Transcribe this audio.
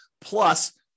plus